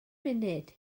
munud